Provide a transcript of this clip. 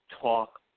talk